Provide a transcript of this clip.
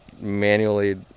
manually